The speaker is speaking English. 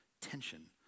tension